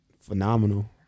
phenomenal